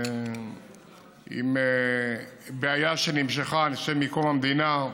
עם בעיה שנמשכה, אני חושב, מקום המדינה,